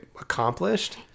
accomplished